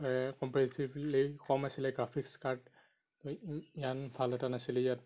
comparatively কম আছিলে graphics card ইমান ভাল এটা নাছিলে ইয়াত